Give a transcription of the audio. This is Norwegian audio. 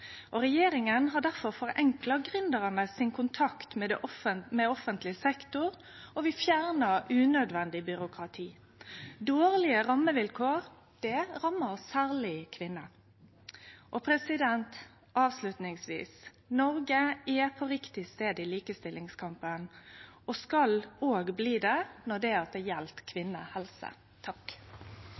Regjeringa har difor forenkla gründeranes kontakt med offentleg sektor, og vi fjernar unødvendig byråkrati. Dårlege rammevilkår rammar særleg kvinner. Avslutningsvis. : Noreg er på rett stad i likestillingskampen og skal bli det også når det gjeld kvinnehelse. Fjorårets fredspris var på mange måter en likestillingspris. Seksualisert vold under konflikt og krig er det